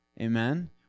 Amen